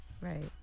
Right